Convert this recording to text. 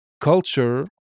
culture